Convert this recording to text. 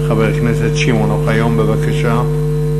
חבר הכנסת שמעון אוחיון, בבקשה.